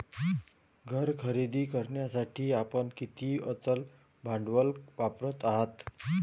घर खरेदी करण्यासाठी आपण किती अचल भांडवल वापरत आहात?